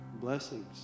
blessings